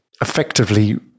effectively